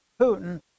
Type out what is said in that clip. Putin